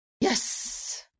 Yes